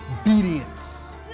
obedience